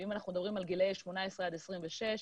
אם אנחנו מדברים על גילאי 18 עד 26,